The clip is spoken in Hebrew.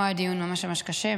הוא היה דיון ממש קשה.